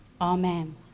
amen